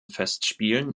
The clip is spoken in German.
festspielen